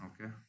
Okay